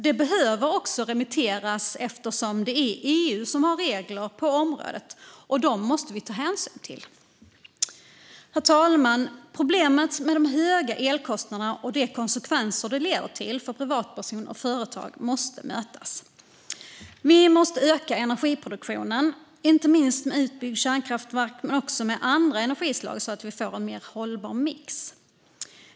Det behöver också remitteras eftersom EU har regler på området. Dem måste vi ta hänsyn till. Herr talman! Problemet med de höga elkostnaderna och de konsekvenser de leder till för privatpersoner och företag måste mötas. Vi måste öka energiproduktionen, inte minst med utbyggda kärnkraftverk men också med andra energislag, så att vi får en mer hållbar mix.